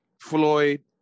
Floyd